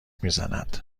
میزند